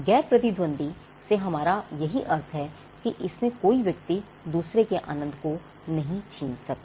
गैर प्रतिद्वंदी से हमारा यही अर्थ है कि इसमें कोई व्यक्ति दूसरे के आनंद को नहीं छीन सकता